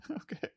Okay